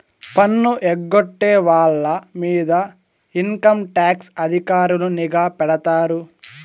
పన్ను ఎగ్గొట్టే వాళ్ళ మీద ఇన్కంటాక్స్ అధికారులు నిఘా పెడతారు